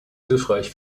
hilfreich